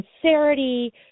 sincerity